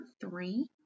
three